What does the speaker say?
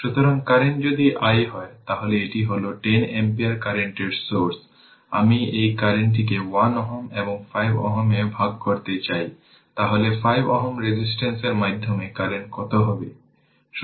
সুতরাং কারেন্ট যদি i হয় তাহলে এটি হল 10 অ্যাম্পিয়ার কারেন্টের সোর্স আমি এই কারেন্টকে 1 Ω এবং 5 Ω এ ভাগ করতে চাই তাহলে 5 Ω রেজিস্টেন্সের মাধ্যমে কারেন্ট কত হবে